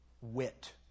wit